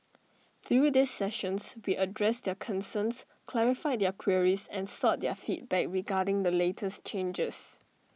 through these sessions we addressed their concerns clarified their queries and sought their feedback regarding the latest changes